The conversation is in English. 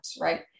right